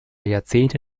jahrzehnte